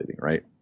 right